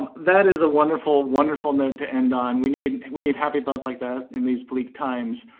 that is a wonderful, wonderful note to end on. we need we need happy bells like that in these bleak times.